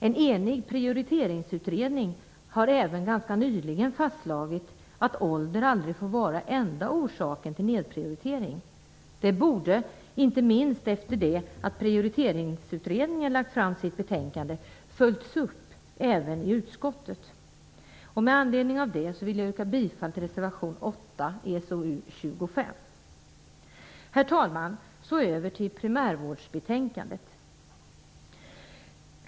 En enig prioriteringsutredning har ganska nyligen slagit fast att ålder aldrig får vara enda orsaken till nedprioritering. Det borde, inte minst efter det att Prioriteringsutredningen lagt fram sitt betänkande, följts upp även i utskottet. Herr talman! Jag övergår sedan till primärvårdsbetänkandet.